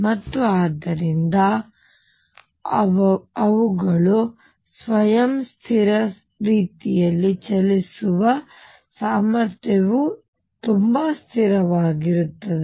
ಮತ್ತು ಆದ್ದರಿಂದ ಅವರು ಸ್ವಯಂ ಸ್ಥಿರ ರೀತಿಯಲ್ಲಿ ಚಲಿಸುವ ಸಾಮರ್ಥ್ಯವು ತುಂಬಾ ಸ್ಥಿರವಾಗಿರುತ್ತದೆ